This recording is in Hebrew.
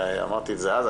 אמרתי את זה אז,